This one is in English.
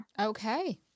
Okay